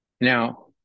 Now